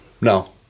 No